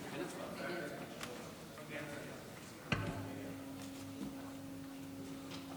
הצעת חוק מרשם האוכלוסין (תיקון,